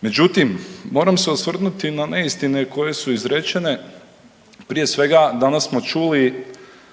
Međutim, moram se osvrnuti na neistine koje su izrečene. Prije svega, danas smo čuli